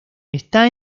está